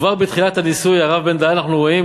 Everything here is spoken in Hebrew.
כבר בתחילת הניסיון, הרב בן-דהן, אנחנו רואים